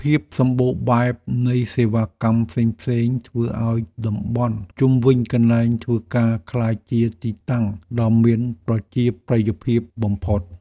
ភាពសម្បូរបែបនៃសេវាកម្មផ្សេងៗ ធ្វើឱ្យតំបន់ជុំវិញកន្លែងធ្វើការក្លាយជាទីតាំងដ៏មានប្រជាប្រិយភាពបំផុត។